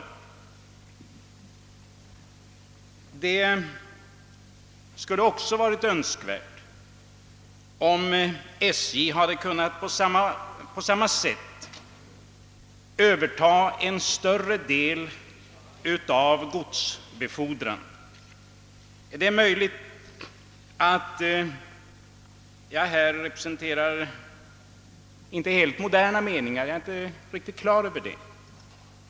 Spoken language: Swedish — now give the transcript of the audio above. Det skulle också vara önskvärt att SJ kunde överta en större del av godsbefordran. Möjligt är att jag härvidlag inte representerar helt moderna meningar.